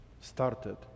started